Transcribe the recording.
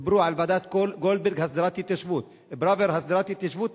דיברו על ועדת-גולדברג להסדרת התיישבות ועל פראוור להסדרת התיישבות,